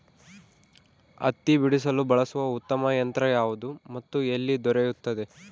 ಹತ್ತಿ ಬಿಡಿಸಲು ಬಳಸುವ ಉತ್ತಮ ಯಂತ್ರ ಯಾವುದು ಮತ್ತು ಎಲ್ಲಿ ದೊರೆಯುತ್ತದೆ?